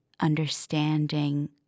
understanding